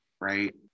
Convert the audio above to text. Right